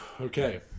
Okay